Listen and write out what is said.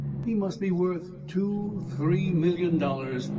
he must be worth two, three million dollars,